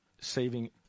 saving